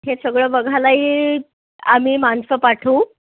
हे सगळं बघायलाही आम्ही माणसं पाठवू